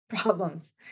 problems